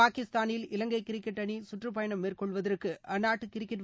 பாகிஸ்தானில் இவங்கை கிரிக்கெட் அணி கற்றுப்பயணம் மேற்கொள்வதற்கு அந்நாட்டு கிரிக்கெட்